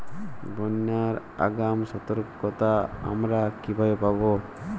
বন্যার আগাম সতর্কতা আমরা কিভাবে পাবো?